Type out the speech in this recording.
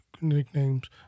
nicknames